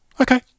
Okay